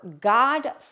God